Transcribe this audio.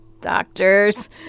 Doctors